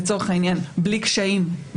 לצורך העניין בלי קשיים,